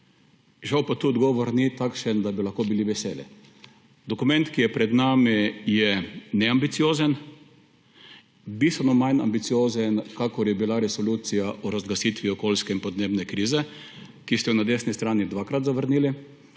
Žal pa tu odgovor ni takšen, da bi lahko bili veseli. Dokument, ki je pred nami, je neambiciozen, bistveno manj ambiciozen, kakor je bila resolucija o razglasitvi okoljske in podnebne krize, ki ste jo na desni strani dvakrat zavrnili,